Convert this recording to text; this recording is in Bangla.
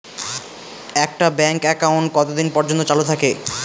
একটা ব্যাংক একাউন্ট কতদিন পর্যন্ত চালু থাকে?